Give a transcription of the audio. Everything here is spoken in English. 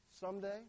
Someday